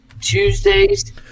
Tuesdays